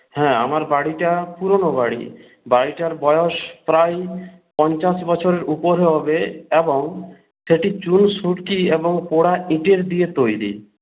হ্যাঁ আমার বাড়িটা পুরোনো বাড়ি বাড়িটার বয়স প্রায় পঞ্চাশ বছরের উপরে হবে এবং সেটি চুন সুড়কি এবং পোড়া ইটের দিয়ে তৈরি